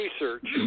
research